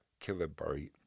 kilobyte